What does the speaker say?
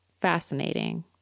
Fascinating